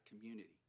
community